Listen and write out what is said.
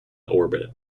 orbit